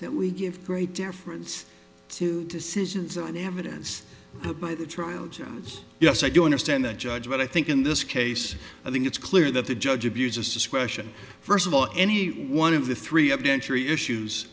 that we give great deference to decisions on evidence but by the trial jurors yes i do understand the judge well i think in this case i think it's clear that the judge abuses discretion first of all any one of the three of denture issues